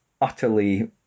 utterly